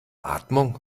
atmung